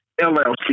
LLC